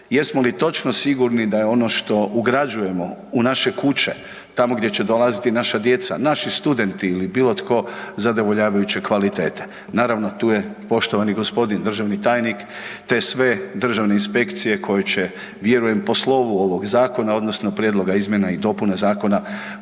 Jesmo li točno sigurni da je ono što ugrađujemo u naše kuće, tamo gdje će dolaziti naša djeca, naši studenti ili bilo tko zadovoljavajuće kvalitete, naravno tu je poštovani gospodin državni tajnik, te sve državne inspekcije koje će vjerujem po slovu ovog Zakona odnosno Prijedloga izmjena i dopuna Zakona